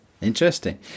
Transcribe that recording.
Interesting